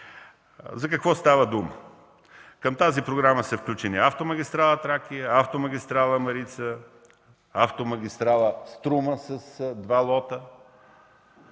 За какво става дума? Към тази програма са включени автомагистрала „Тракия”, автомагистрала „Марица”, автомагистрала „Струма” с нейните